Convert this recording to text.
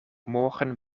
morgen